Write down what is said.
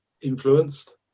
influenced